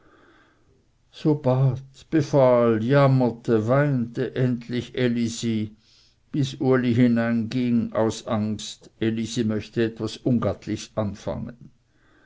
jammerte weinte endlich elisi bis uli hineinging aus angst elisi möchte etwas ungattlichs anfangen